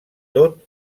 tot